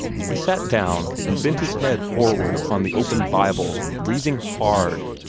he sat down, and bent his head forward upon the open bible, breathing hard,